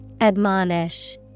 Admonish